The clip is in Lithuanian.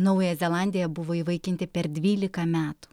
naująją zelandiją buvo įvaikinti per dvylika metų